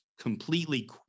completely